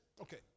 Okay